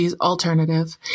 alternative